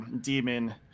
demon